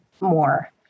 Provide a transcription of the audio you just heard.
more